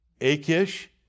Achish